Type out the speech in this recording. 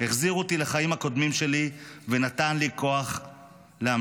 החזיר אותי לחיים הקודמים שלי ונתן לי כוח להמשיך.